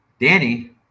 danny